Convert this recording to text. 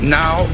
now